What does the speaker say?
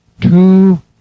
Two